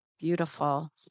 beautiful